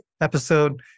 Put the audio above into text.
episode